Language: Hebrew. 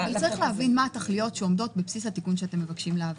אבל צריך להבין מה התכליות שעומדות בבסיס התיקון שאתם מבקשים להביא,